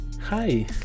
Hi